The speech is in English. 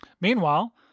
Meanwhile